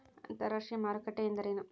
ಅಂತರಾಷ್ಟ್ರೇಯ ಮಾರುಕಟ್ಟೆ ಎಂದರೇನು?